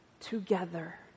together